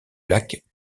lac